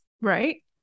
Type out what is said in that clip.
right